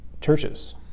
churches